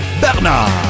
Bernard